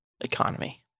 economy